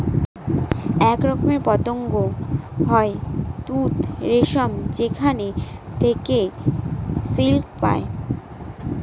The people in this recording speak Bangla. এক রকমের পতঙ্গ হয় তুত রেশম যেখানে থেকে সিল্ক পায়